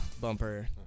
bumper